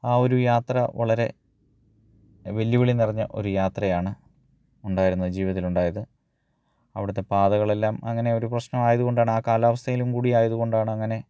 ആ ഒരു യാത്ര വളരെ വെല്ലുവിളി നിറഞ്ഞ ഒരു യാത്രയാണ് ഉണ്ടായിരുന്നത് ജീവിതത്തിൽ ഉണ്ടായത് അവിടത്തെ പാതകളെല്ലാം അങ്ങനെ ഒരു പ്രശ്നമായത് കൊണ്ടാണ് ആ കാലാവസ്ഥയിലും കൂടി ആയതുകൊണ്ടാണ് അങ്ങനെ